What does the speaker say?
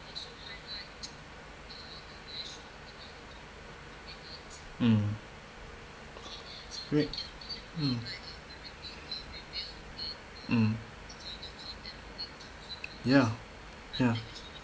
mm great mm ya ya